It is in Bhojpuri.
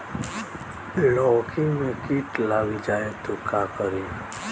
लौकी मे किट लग जाए तो का करी?